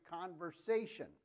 conversation